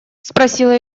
спросила